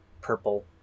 purple